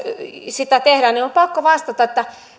sitä tehdään niin on pakko vastata että